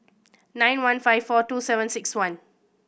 nine one five four two seven six one